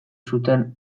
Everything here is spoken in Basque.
zuten